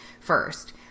first